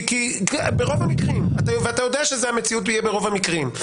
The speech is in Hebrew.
ברוב המקרים, ואתה יודע שזו המציאות ברוב המקרים.